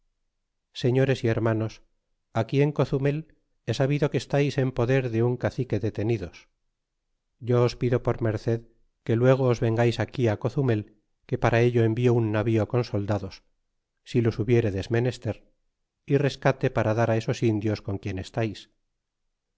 señores y hermanos aquí en cozumel he sabido que estais en poder de un cacique detenidos yo os pido por merced que luego os vengais aquí cozumel que para ello envio un navío con soldados si los hubiéredes menester y rescate para dar esos indios con quien estais